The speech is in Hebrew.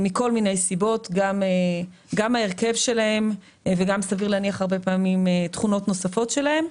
מכל מיני סיבות גם ההרכב שלהם וגם תכונות נוספות שלהם.